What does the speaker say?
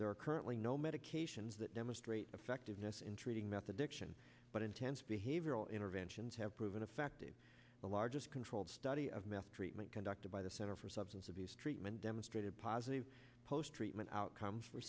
are currently no medications that demonstrate effectiveness in treating meth addiction but intense behavioral interventions have proven fact is the largest controlled study of meth treatment conducted by the center for substance abuse treatment demonstrated positive post treatment outcome for